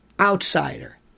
outsider